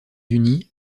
unis